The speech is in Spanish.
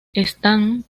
están